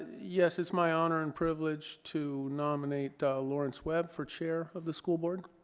yes it's my honor and privilege to nominate lawrence webb for chair of the school board